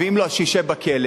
ואם לא אז שישב בכלא,